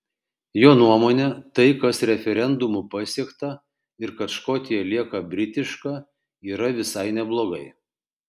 jo nuomone tai kas referendumu pasiekta ir kad škotija lieka britiška yra visai neblogai